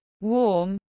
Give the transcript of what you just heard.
warm